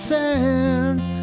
sands